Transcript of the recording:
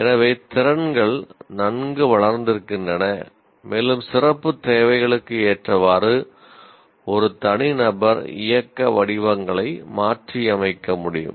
எனவே திறன்கள் நன்கு வளர்ந்திருக்கின்றன மேலும் சிறப்புத் தேவைகளுக்கு ஏற்றவாறு ஒருதனி நபர் இயக்க வடிவங்களை மாற்றியமைக்க முடியும்